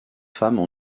femmes